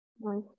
nice